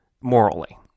morally